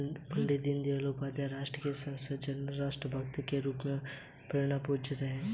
पण्डित दीनदयाल उपाध्याय राष्ट्र के सजग व राष्ट्र भक्त के रूप में प्रेरणास्त्रोत रहे हैं